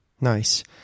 Nice